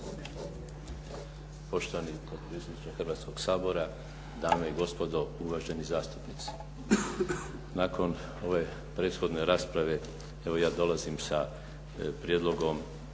potpredsjedniče Hrvatskog sabora, dame i gospodo uvaženi zastupnici. Nakon ove prethodne rasprave, evo ja dolazim sa Prijedlogom